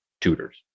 tutors